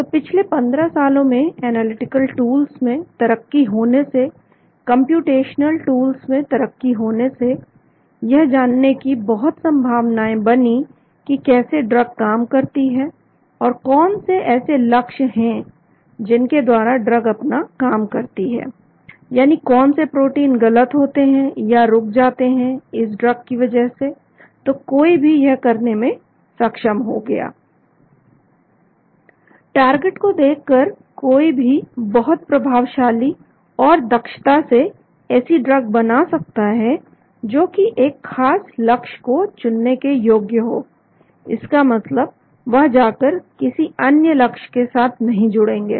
तो पिछले 15 सालों में एनालिटिकल टूल्स में तरक्की होने से कंप्यूटेशनल टूल्स में तरक्की होने से यह जानने की बहुत संभावनाएं बनी की कैसे ड्रग काम करती है और कौन से ऐसे लक्ष्य है जिनके द्वारा ड्रग अपना काम करती है यानी कौन से प्रोटीन गलत होते हैं या रुक जाते हैं इस ड्रग की वजह से तो कोई भी यह करने में सक्षम हो गया टारगेट को देखकर कोई भी बहुत प्रभावशाली और दक्षता से ऐसी ड्रग बना सकता है जो कि एक खास लक्ष्य को चुनने के योग्य हो इसका मतलब वह जाकर किसी अन्य लक्ष्य के साथ नहीं जुड़ेंगे